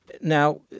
Now